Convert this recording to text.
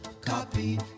copy